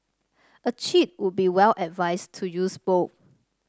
a cheat would be well advised to use both